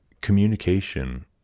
communication